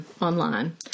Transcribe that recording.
online